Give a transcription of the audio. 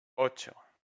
ocho